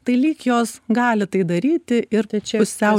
tai lyg jos gali tai daryti ir tai čia pusiau